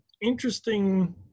interesting